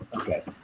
Okay